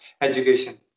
education